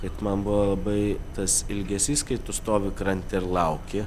kad man buvo labai tas ilgesys kai tu stovi krante ir lauki